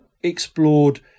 explored